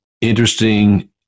interesting